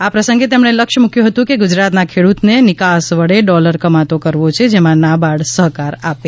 આ પ્રસંગે તેમણે લક્ષ્ય મૂક્યું હતું કે ગુજરાતના ખેડૂતને નિકાસ વડે ડોલર કમાતો કરવો છે જેમાં નાબાર્ડ સહકાર આપે